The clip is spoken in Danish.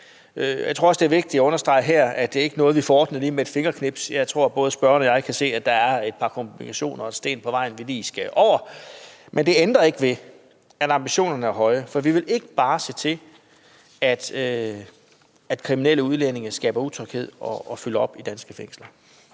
Jeg tror også, det er vigtigt at understrege her, at det ikke er noget, vi får ordnet lige med et fingerknips. Jeg tror, at både spørgeren og jeg kan se, at der er et par komplikationer og sten på vejen, vi skal over, men det ændrer ikke ved, at ambitionerne er høje, for vi vil ikke bare se til, at kriminelle udlændinge skaber utryghed og fylder op i danske fængsler.